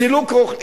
סילוק רוכלים,